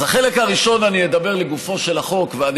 אז בחלק הראשון אני אדבר לגופו של החוק ואני